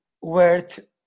worth